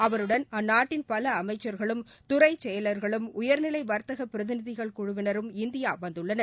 அவருடன் அந்நாட்டின் அமைச்சர்களும் துறைச்செயலர்களும் உயர்நிலை வர்த்தக பிரதிநிதிகள் குழுவினரும் இந்தியா வந்துள்ளனர்